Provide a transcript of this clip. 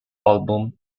album